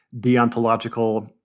deontological